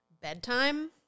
Bedtime